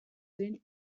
den